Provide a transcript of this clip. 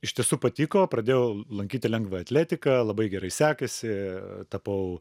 iš tiesų patiko pradėjau lankyti lengvąją atletiką labai gerai sekėsi tapau